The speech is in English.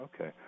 okay